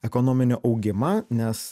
ekonominį augimą nes